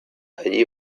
allí